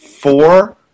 Four